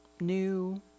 new